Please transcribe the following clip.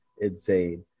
insane